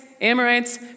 Amorites